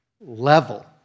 level